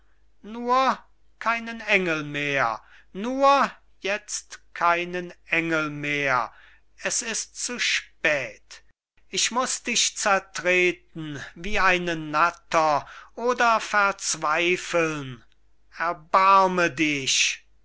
sah nur keinen engel mehr nur jetzt keinen engel mehr es ist zu spät ich muß dich zertreten wie eine natter oder verzweifeln erbarme dich